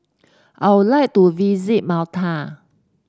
I would like to visit Malta